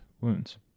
wounds